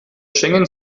schengen